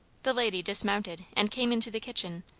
the lady dismounted and came into the kitchen,